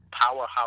powerhouse